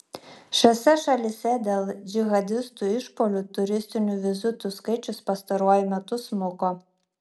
šiose šalyse dėl džihadistų išpuolių turistinių vizitų skaičius pastaruoju metu smuko